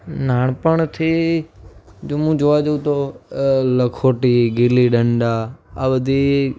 નાનપણથી જો મું જોવા જઉં તો લખોટી ગીલીડંડા આ બધી